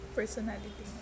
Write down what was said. personality